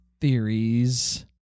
Theories